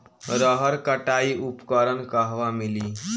रहर कटाई उपकरण कहवा मिली?